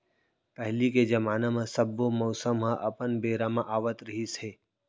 पहिली के जमाना म सब्बो मउसम ह अपन बेरा म आवत रिहिस हे